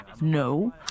No